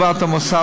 לאור תגובת המוסד,